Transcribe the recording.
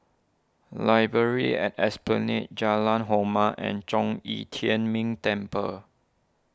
Library at Esplanade Jalan Hormat and Zhong Yi Tian Ming Temple